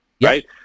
right